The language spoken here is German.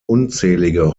unzählige